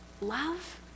love